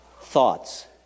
Thoughts